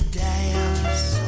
dance